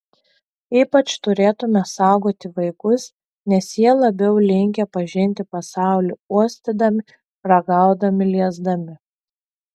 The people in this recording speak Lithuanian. ypač turėtumėme saugoti vaikus nes jie labiau linkę pažinti pasaulį uostydami ragaudami liesdami